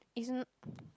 isn't